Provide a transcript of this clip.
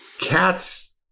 Cats